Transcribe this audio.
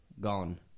Gone